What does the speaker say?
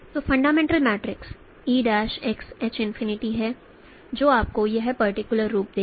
तो fundamental matrix eXH है और जो आपको यह पर्टिकुलर रूप देगा